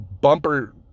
bumper